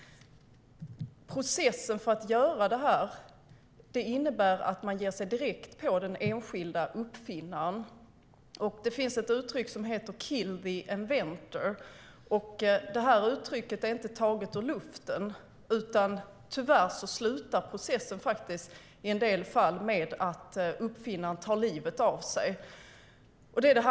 Processen för att göra detta innebär att man ger sig direkt på den enskilda uppfinnaren. Det finns ett uttryck som heter kill the inventor, och det är inte taget ur luften. Tyvärr slutar processen i en del fall med att uppfinnaren tar livet av sig.